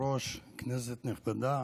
הצעת חוק משפחות חיילים שנספו במערכה (תגמולים ושיקום) (תיקון מס' 40),